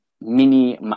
mini